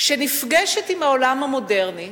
שנפגשת עם העולם המודרני.